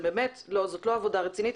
זאת לא עבודה רצינית.